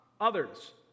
others